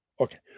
okay